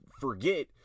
forget